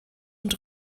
und